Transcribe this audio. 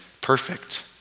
perfect